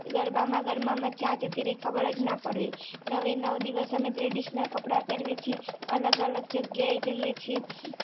ગરબામાં ગરબામાં ક્યાં જતી રહે ખબર જ ના પડે નવે નવ દિવસ અમે ટ્રેડિશનલ કપડાં પહેરવી છીએ અલગ અલગ જગ્યાએ જઈએ છીએ